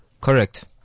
Correct